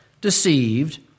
deceived